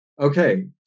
Okay